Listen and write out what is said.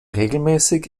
regelmäßig